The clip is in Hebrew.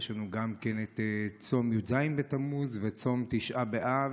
יש לנו גם את צום י"ז בתמוז וצום תשעה באב,